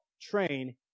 train